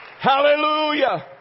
Hallelujah